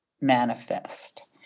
manifest